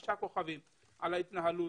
חמישה כוכבים על ההתנהלות,